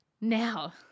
Now